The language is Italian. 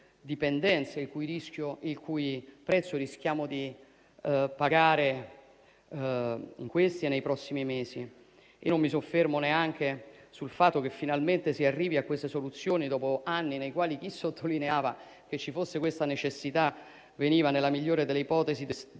dipendenze, il cui prezzo rischiamo di pagare in questi e nei prossimi mesi; né mi soffermo sul fatto che finalmente si arrivi a queste soluzioni dopo anni nei quali chi sottolineava che ci fosse questa necessità veniva, nella migliore delle ipotesi,